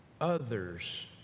others